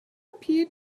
appeared